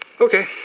Okay